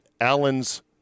Allen's